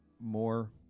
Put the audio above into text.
more